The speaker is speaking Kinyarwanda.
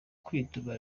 kwituma